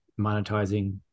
monetizing